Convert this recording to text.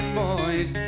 boys